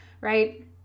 right